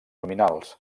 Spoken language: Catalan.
nominals